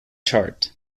chart